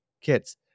kids